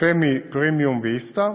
פמי פרימיום ואיסתא.